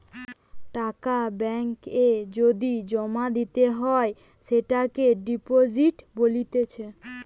টাকা ব্যাঙ্ক এ যদি জমা দিতে হয় সেটোকে ডিপোজিট বলতিছে